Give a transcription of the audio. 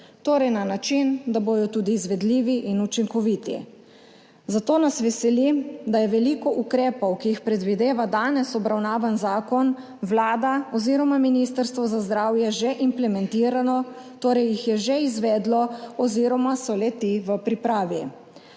torej na način, da bodo tudi izvedljivi in učinkoviti. Zato nas veseli, da je veliko ukrepov, ki jih predvideva danes obravnavani zakon, Vlada oziroma Ministrstvo za zdravje že implementiralo, torej jih je že izvedlo oziroma so le-ti v pripravi.